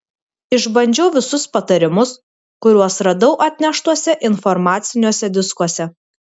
išbandžiau visus patarimus kuriuos radau atneštuose informaciniuose diskuose